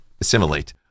assimilate